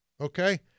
okay